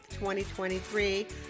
2023